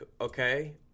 okay